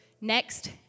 next